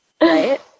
Right